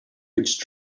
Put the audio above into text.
which